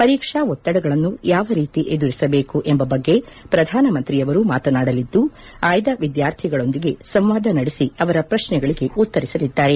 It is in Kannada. ಪರೀಕ್ಷಾ ಒತ್ತಡಗಳನ್ನು ಯಾವ ರೀತಿ ಎದುರಿಸಬೇಕು ಎಂಬ ಬಗ್ಗೆ ಪ್ರಧಾನಮಂತ್ರಿಯವರು ಮಾತನಾಡಲಿದ್ದು ಆಯ್ದ ವಿದ್ಯಾರ್ಥಿಗಳೊಂದಿಗೆ ಸಂವಾದ ನಡೆಸಿ ಅವರ ಪ್ರಶ್ನೆಗಳಿಗೆ ಉತ್ತರಿಸಲಿದ್ದಾರೆ